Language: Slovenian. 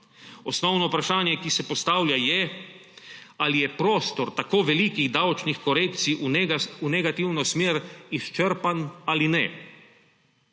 Osnovno vprašanje, ki se postavlja, je, ali je prostor tako velikih davčnih korekcij v negativno smer izčrpan ali ne.